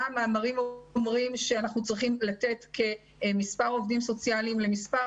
מה המאמרים אומרים שאנחנו צריכים לתת כמספר עובדים סוציאליים למספר.